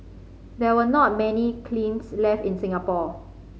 there were not many kilns left in Singapore